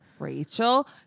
Rachel